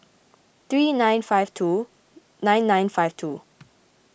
three nine five two nine nine five two